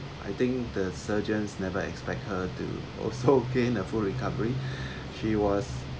I think the surgeons never expect her to also gain a full recovery she was